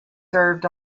served